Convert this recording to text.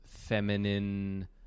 feminine